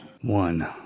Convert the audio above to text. One